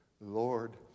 Lord